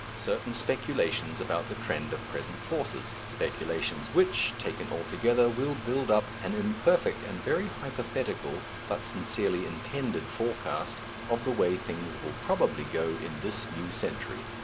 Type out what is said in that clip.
certain speculations about the trend of present forces, speculations which, taken all together, will build up an imperfect and very hypothetical, but sincerely intended forecast of the way things will probably go in this new century.